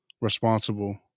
responsible